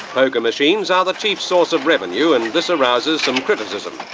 poker machines are the chief source of revenue, and this arouses some criticism.